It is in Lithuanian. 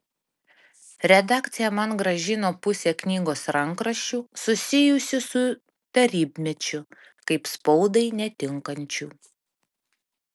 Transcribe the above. redakcija man grąžino pusę knygos rankraščių susijusių su tarybmečiu kaip spaudai netinkančių